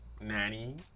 nanny